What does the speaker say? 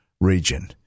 region